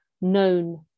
known